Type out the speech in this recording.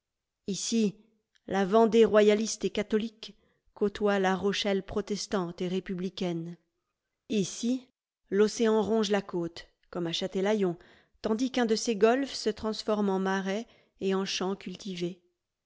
ici la vendée royaliste et catholique côtoie la rochelle protestante et républicaine ici l'océan ronge la côte comme à châtelaillon tandis qu'un de ses golfes se transforme en marais et en champs cultivés